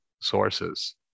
sources